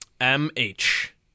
M-H